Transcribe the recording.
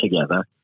together